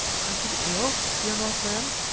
are you ill, dear north wind?